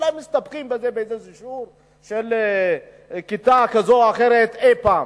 אולי מסתפקים בשיעור של כיתה כזו או אחרת, אי-פעם.